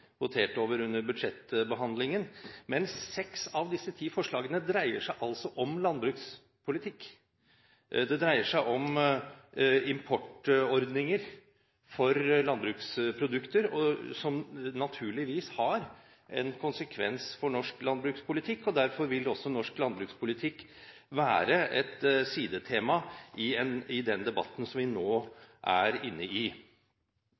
votert over under budsjettbehandlingen – og seks av disse ti forslagene dreier seg altså om landbrukspolitikk. Det dreier seg om importordninger for landbruksprodukter, som naturligvis har en konsekvens for norsk landbrukspolitikk, og derfor vil også norsk landbrukspolitikk være et sidetema i den debatten som vi nå er inne i.